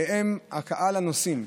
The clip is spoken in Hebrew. שהם קהל הנוסעים,